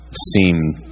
seem